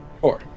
Four